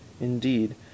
Indeed